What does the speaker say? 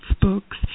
books